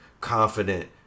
confident